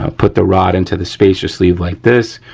ah put the rod into the spacer sleeve like this,